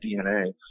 DNA